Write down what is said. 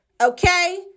Okay